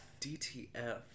DTF